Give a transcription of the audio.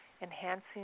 enhancing